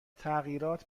تغییرات